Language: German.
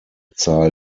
zahl